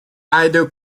idol